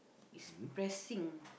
it's pressing